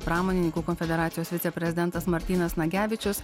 pramonininkų konfederacijos viceprezidentas martynas nagevičius